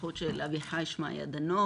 אחות של אביחי שמעיה דנוך,